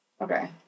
Okay